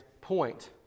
point